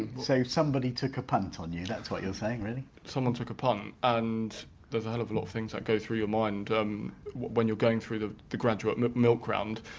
and somebody took a punt on you, that's what you're saying really? someone took a punt and there's a hell of a lot things that go through your mind um when you're going through the the graduate milk milk round.